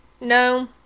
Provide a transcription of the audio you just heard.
No